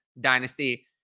Dynasty